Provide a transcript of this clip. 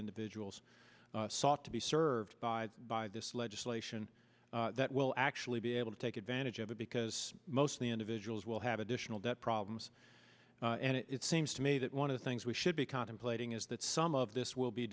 individuals sought to be served by by this legislation that will actually be able to take advantage of it because mostly individuals will have additional debt problems and it seems to me that one of the things we should be contemplating is that some of this will be